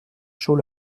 chaud